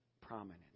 prominence